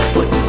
Put